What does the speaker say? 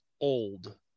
old